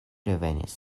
revenis